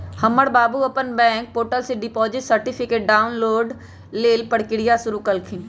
हमर बाबू अप्पन बैंक पोर्टल से डिपॉजिट सर्टिफिकेट डाउनलोड लेल प्रक्रिया शुरु कलखिन्ह